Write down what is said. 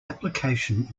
application